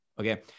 Okay